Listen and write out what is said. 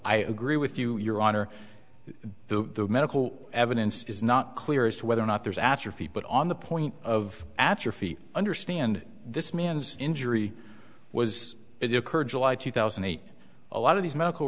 i agree with you your honor the medical evidence is not clear as to whether or not there's atrophy but on the point of atrophy understand this man's injury was it occurred july two thousand and eight a lot of these medical